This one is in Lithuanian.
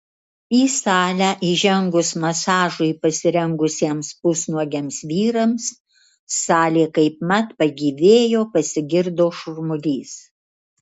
į salę įžengus masažui pasirengusiems pusnuogiams vyrams salė kaipmat pagyvėjo pasigirdo šurmulys